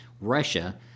Russia